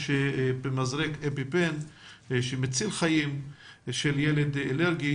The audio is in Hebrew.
במזרק אפיפן המציל חיים עבור ילדים אלרגיים.